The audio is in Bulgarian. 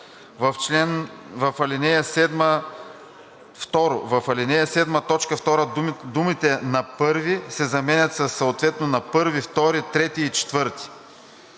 В ал. 7, т. 2 думите „на първи“ се заменят със „съответно на първи, втори, трети и четвърти“.“